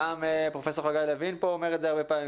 גם פרופ' חגי לוין פה אומר את זה הרבה פעמים,